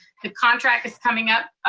the contract is coming up,